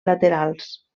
laterals